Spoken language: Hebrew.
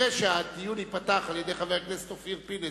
אחרי שהדיון ייפתח על-ידי חבר הכנסת אופיר פינס,